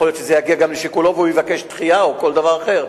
יכול להיות שזה גם יגיע לשיקולו והוא יבקש דחייה או כל דבר אחר,